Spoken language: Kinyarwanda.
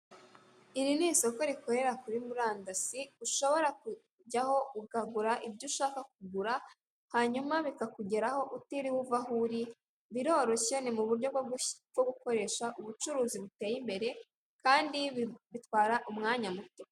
Iri ni isoko rikorera kuri murandasi, ushobora kujyaho ukagura ibyo ushaka kugura, hanyuma bikakugeraho utiriwe uva aho uri. Biroroshye ni muburyo bwo gukoresha ubucuruzi buteye imbere kandi bitwara umwanya muto.